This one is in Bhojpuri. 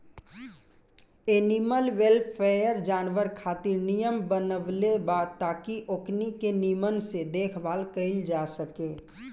एनिमल वेलफेयर, जानवर खातिर नियम बनवले बा ताकि ओकनी के निमन से देखभाल कईल जा सके